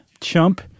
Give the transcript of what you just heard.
chump